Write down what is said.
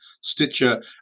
Stitcher